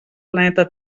planeta